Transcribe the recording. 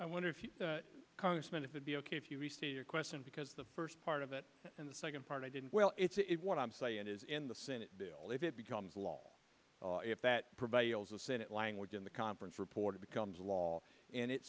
i wonder if you congressman it would be ok if you receive your question because the first part of it and the second part i didn't well it what i'm saying is in the senate bill if it becomes law if that prevails the senate language in the conference report it becomes law and it